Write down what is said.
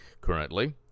Currently